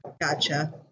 Gotcha